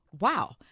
wow